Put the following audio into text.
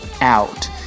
out